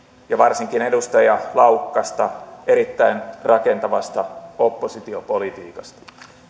ja varsinkin edustaja laukkasta erittäin rakentavasta oppositiopolitiikasta